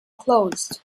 closed